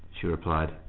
she replied.